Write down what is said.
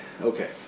Okay